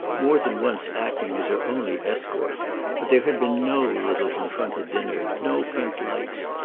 more than once acting as her only escort but there had been no little confronted dinner, no pink lights,